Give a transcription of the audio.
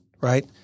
right